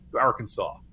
Arkansas